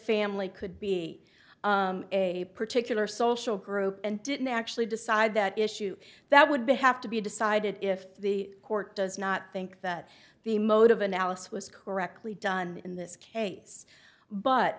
family could be a particular social group and didn't actually decide that issue that would be have to be decided if the court does not think that the mode of analysis was correctly done in this case but